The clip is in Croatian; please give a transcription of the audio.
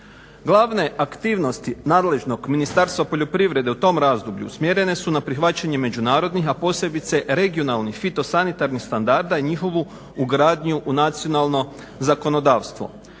Glavne aktivnosti nadležnog Ministarstva poljoprivrede u tom razdoblju usmjerene su na prihvaćanje međunarodnih a posebice regionalnih fitosanitarnih standarda i njihovu ugradnju u nacionalno zakonodavstvo.